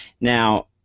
Now